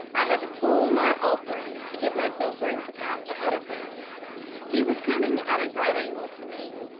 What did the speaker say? i had to pull my off-rein to give myself room to pass ahead of him he was coming at a right angle to me.